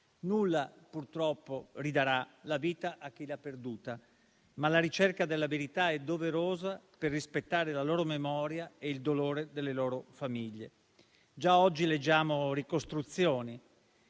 Nulla purtroppo ridarà la vita a chi l'ha perduta, ma la ricerca della verità è doverosa per rispettare la loro memoria e il dolore delle loro famiglie. Già oggi leggiamo ricostruzioni: